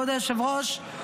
כבוד היושב-ראש,